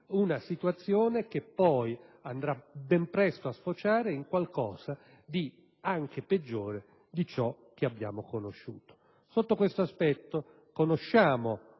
una situazione che potrebbe ben presto sfociare in qualcosa di peggio di ciò che abbiamo sin qui conosciuto. Sotto questo aspetto, conosciamo